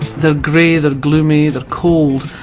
they're grey, they're gloomy, they're cold.